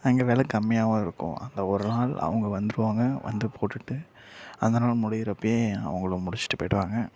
அங்கே விலை கம்மியாகவும் இருக்கும் அந்த ஒரு நாள் அவங்க வந்துடுவாங்க வந்து போட்டுட்டு அந்த நாள் முடியிறப்போயே அவங்குளும் முடிச்சிட்டு போயிடுவாங்க